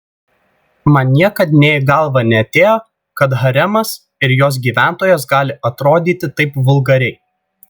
man niekad nė į galvą neatėjo kad haremas ir jos gyventojos gali atrodyti taip vulgariai